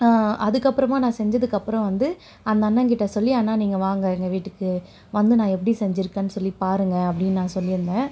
அதுக்கப்புறமா நான் செஞ்சதுக்கு அப்புறம் வந்து அந்த அண்ணன்கிட்ட சொல்லி அண்ணா நீங்கள் வாங்கள் எங்கள் வீட்டுக்கு வந்து நான் எப்படி செஞ்சிருக்கேன்னு சொல்லி பாருங்க அப்படின்னு நான் சொல்லியிருந்தேன்